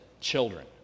children